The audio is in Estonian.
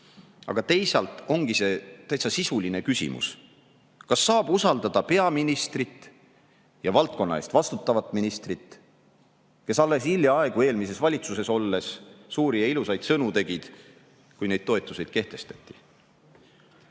aga teisalt ongi see täitsa sisuline küsimus. Kas saab usaldada peaministrit ja valdkonna eest vastutavat ministrit, kes alles hiljaaegu eelmises valitsuses olles suuri ja ilusaid sõnu tegid, kui neid toetusi kehtestati?